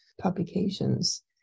publications